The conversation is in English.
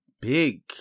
big